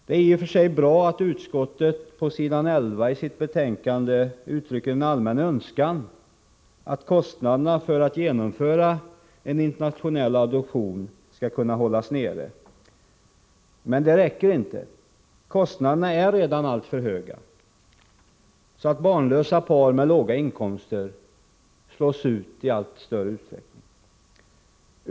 Det är i och för sig bra att utskottet på s. 11 i sitt betänkande uttrycker en allmän önskan att kostnaderna för att genomföra en internationell adoption skall kunna hållas nere. Men det räcker inte. Kostnaderna är redan alltför höga; barnlösa par med låga inkomster slås ut i allt större utsträckning.